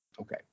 Okay